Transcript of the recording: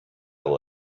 will